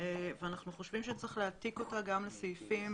ואנחנו חושבים שצריך להעתיק אותה גם לסעיפים